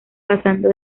pasando